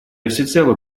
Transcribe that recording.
всецело